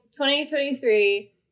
2023